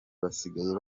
basigaye